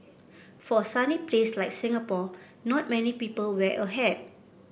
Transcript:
for a sunny place like Singapore not many people wear a hat